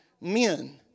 men